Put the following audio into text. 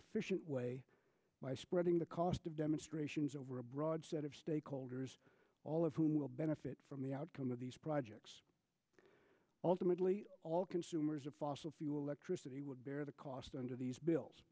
efficient way by spreading the cost of demonstrations over a broad set of stakeholders all of whom will benefit from the outcome of these projects ultimately all consumers of fossil fuel electricity would bear the cost under these bills